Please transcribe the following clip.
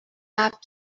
have